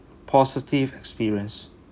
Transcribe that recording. positive experience